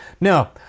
Now